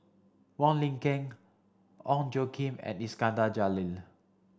Wong Lin Ken Ong Tjoe Kim and Iskandar Jalil